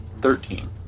Thirteen